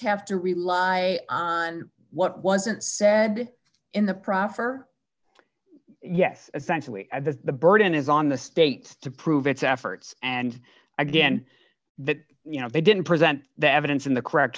have to rely on what wasn't said in the proffer yes essentially and that the burden is on the state to prove its efforts and again that you know they didn't present the evidence in the correct